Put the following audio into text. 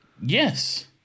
Yes